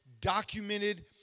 documented